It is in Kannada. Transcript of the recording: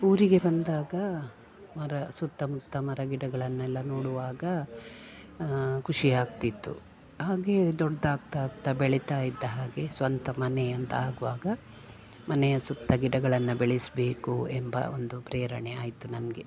ಊರಿಗೆ ಬಂದಾಗ ಮರ ಸುತ್ತಮುತ್ತ ಮರ ಗಿಡಗಳನ್ನೆಲ್ಲ ನೋಡುವಾಗ ಖುಷಿ ಆಗ್ತಿತ್ತು ಹಾಗೆ ದೊಡ್ಡದಾಗ್ತಾ ಆಗ್ತಾ ಬೆಳಿತಾ ಇದ್ದ ಹಾಗೆ ಸ್ವಂತ ಮನೆ ಅಂತ ಆಗುವಾಗ ಮನೆಯ ಸುತ್ತ ಗಿಡಗಳನ್ನು ಬೆಳೆಸಬೇಕು ಎಂಬ ಒಂದು ಪ್ರೇರಣೆ ಆಯಿತು ನನಗೆ